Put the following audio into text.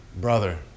brother